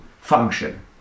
Function